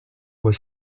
was